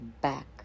Back